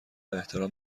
احترام